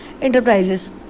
Enterprises